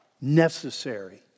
necessary